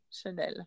Chanel